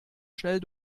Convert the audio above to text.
schnell